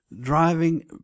driving